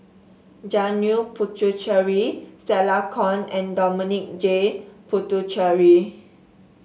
Janil Puthucheary Stella Kon and Dominic J Puthucheary